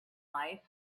life